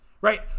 right